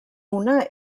una